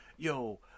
Yo